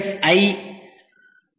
ஐ ஐ